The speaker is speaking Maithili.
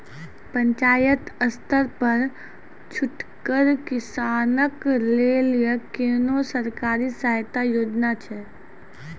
पंचायत स्तर पर छोटगर किसानक लेल कुनू सरकारी सहायता योजना छै?